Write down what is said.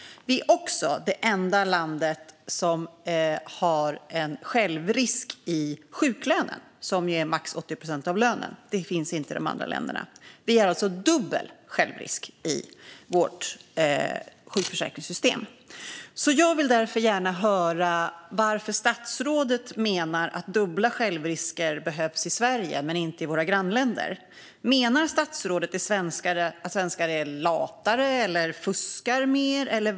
Det är också det enda landet som har en självrisk i sjuklönen, som är max 80 procent av lönen. Det finns inte i de andra länderna. Vi har alltså dubbel självrisk i vårt sjukförsäkringssystem. Jag vill gärna höra varför statsrådet menar att dubbla självrisker behövs i Sverige men inte i våra grannländer. Menar statsrådet att svenskar är latare eller fuskar mer?